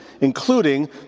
including